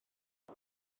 mae